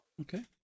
Okay